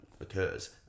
occurs